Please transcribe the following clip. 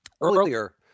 earlier